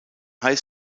high